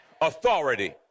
authority